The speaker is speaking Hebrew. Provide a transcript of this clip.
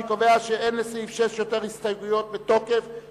אני קובע שלסעיף 6 אין יותר הסתייגויות בתוקף,